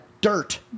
dirt